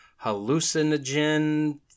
hallucinogen